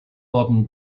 modern